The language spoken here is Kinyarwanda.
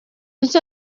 nshya